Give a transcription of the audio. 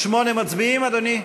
8 מצביעים, אדוני?